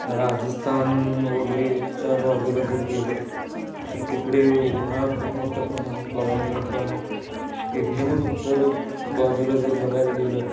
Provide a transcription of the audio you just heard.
राजस्थान वगैरेच्या बाजूला जर गेलं तर तिकडे उन्हाळा खूप मोठ्या प्रमाणात बघायला मिळतो आणि एकदमच उत्तर बाजूला जर बघायला गेलं